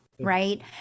Right